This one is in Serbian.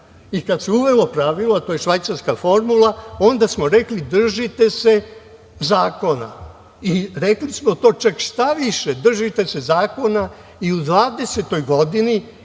i kada se uvelo pravilo, to je švajcarska formula, onda smo rekli – držite se zakona, rekli smo to, čak štaviše, držite se zakona i u 2020. godini